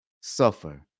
suffer